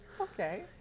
okay